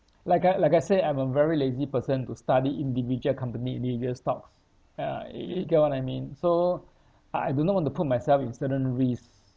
like I like I say I'm a very lazy person to study individual company individual stocks ya y~ you get what I mean so I I do not want to put myself in certain risks